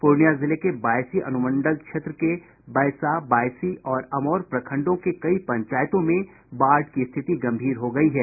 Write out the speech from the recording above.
पूर्णियां जिले के बायसी अनुमंडल क्षेत्र के बैसा बायसी और अमौर प्रखंडों के कई पंचायतों में बाढ़ की स्थिति गंभीर हो गयी है